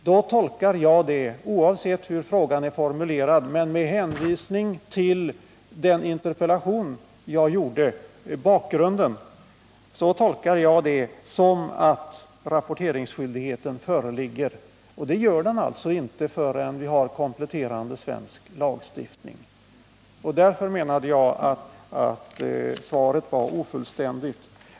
Det tolkar jag — oavsett hur frågan är formulerad men med hänvisning till min interpellation — som att rapporteringsskyldigheten föreligger. Men det gör den alltså inte förrän vi har en kompletterande svensk lagstiftning. Därför menar jag att svaret var ofullständigt.